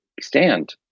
stand